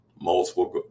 Multiple